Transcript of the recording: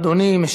תודה רבה לאדוני.